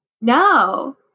No